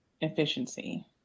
efficiency